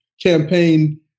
campaign